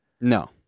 no